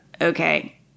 okay